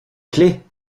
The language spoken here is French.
clefs